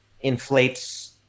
inflates